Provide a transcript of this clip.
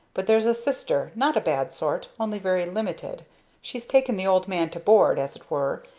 but there's a sister not a bad sort, only very limited she's taken the old man to board, as it were,